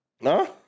no